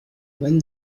when